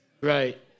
Right